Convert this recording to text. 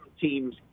teams